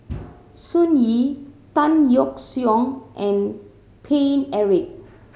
Sun Yee Tan Yeok Seong and Paine Eric